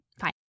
Fine